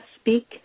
speak